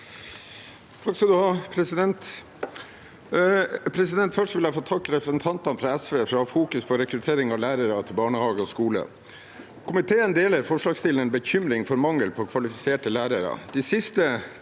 (ordfører for saken): Først vil jeg få takke representantene fra SV for at de fokuserer på rekruttering av lærere til barnehage og skole. Komiteen deler forslagsstillernes bekymring for mangel på kvalifiserte lærere.